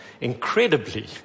incredibly